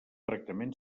tractament